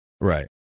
Right